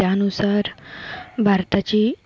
त्यानुसार भारताची